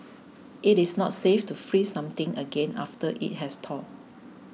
it is not safe to freeze something again after it has thawed